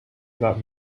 got